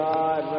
God